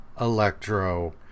Electro